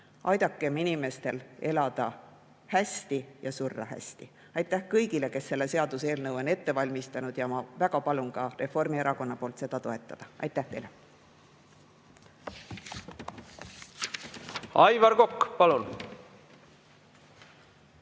Aidakem inimestel elada hästi ja surra hästi. Aitäh kõigile, kes selle seaduseelnõu on ette valmistanud, ja ma väga palun Reformierakonna nimel seda toetada. Aitäh teile! Aivar Kokk, palun!